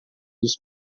dos